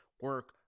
Work